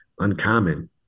uncommon